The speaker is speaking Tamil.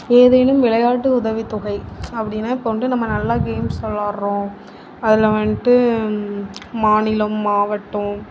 ஏதேனும் விளையாட்டு உதவித்தொகை அப்படினா இப்போ வந்துட்டு நம்ம நல்லா கேம்ஸ் விளையாடுகிறோம் அதில் வந்துட்டு மாநிலம் மாவட்டம்